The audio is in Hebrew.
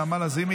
נעמה לזימי,